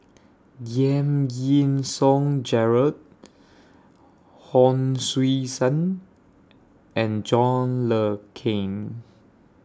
Giam Yean Song Gerald Hon Sui Sen and John Le Cain